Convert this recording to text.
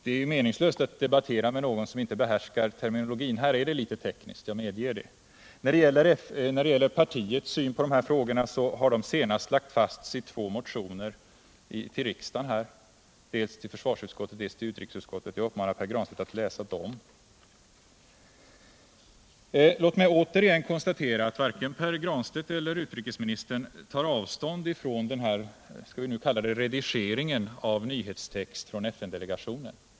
Det är meningslöst att debattera med någon som inte behärskar terminologin. Här är den litet teknisk — jag medger det. Socialdemokratiska partiets syn på dessa frågor har senast lagts fast i två motioner till riksdagen, en till försvarsutskottet och en till utrikesutskottet. Jag uppmanar Pär Granstedt att läsa dem. Låt mig återigen konstatera att varken Pär Granstedt eller utrikesministern tar avstånd från ”redigeringen” av nyhetstext från FN-delegationen.